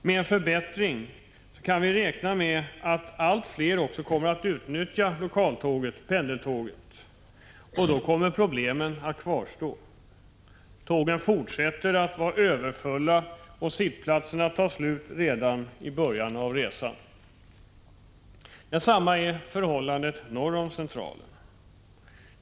Med en förbättring kan vi räkna med att allt fler kommer att nyttja 35 lokaltåget — pendeltåget —, och då kommer problemen att kvarstå. Tågen fortsätter att vara överfulla, och sittplatserna tar slut redan i början av resan. Samma är förhållandet norr om centralen.